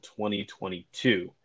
2022